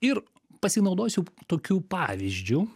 ir pasinaudosiu tokiu pavyzdžiu